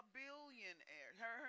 billionaire